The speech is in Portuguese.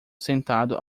sentado